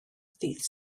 ddydd